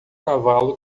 cavalo